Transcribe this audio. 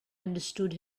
understood